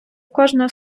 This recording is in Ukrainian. кожне